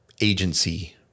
agency